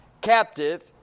captive